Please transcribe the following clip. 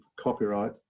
copyright